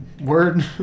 word